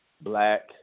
black